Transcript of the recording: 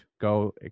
go